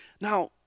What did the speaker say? Now